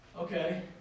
Okay